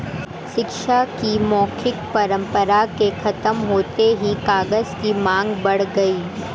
शिक्षा की मौखिक परम्परा के खत्म होते ही कागज की माँग बढ़ गई